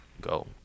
go